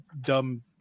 dumb